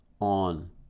on